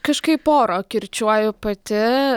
kažkaip oro kirčiuoju pati